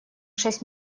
шесть